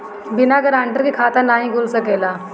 बिना गारंटर के खाता नाहीं खुल सकेला?